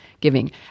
giving